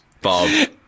Bob